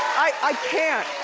i can't,